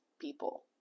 people